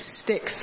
stick